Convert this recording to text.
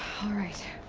alright.